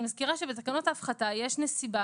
אני מזכירה שבתקנות ההפחתה יש נסיבה